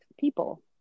people